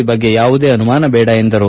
ಈ ಬಗ್ಗೆ ಯಾವುದೇ ಅನುಮಾನಗಳು ಬೇಡ ಎಂದರು